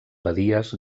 badies